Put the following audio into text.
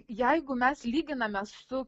jeigu mes lyginame su